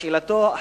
בשאלתו,